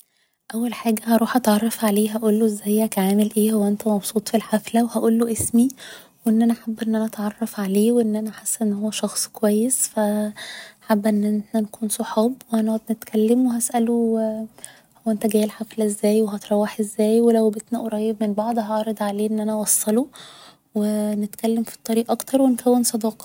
اول حاجة هروح أتعرف عليه هقوله ازيك عامل ايه هو انت مبسوط في الحفلة و هقوله اسمي و إن أنا حابة أن أنا أتعرف عليه و إن أنا حاسه انه هو شخص كويس ف حابة أن احنا نكون صحاب و هنقعد نتكلم و هسأله هو انت جاي الحفلة ازاي و هتروح ازاي و لو بيتنا قريب من بعض هعرض عليه ان أنا أوصله و نتكلم في الطريق اكتر و نكون صداقة